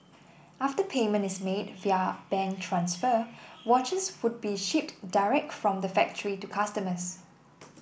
after payment is made via bank transfer watches would be shipped direct from the factory to customers